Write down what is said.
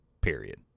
period